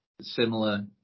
similar